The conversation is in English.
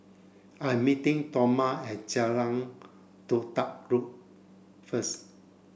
I'm meeting Toma at Jalan Todak road first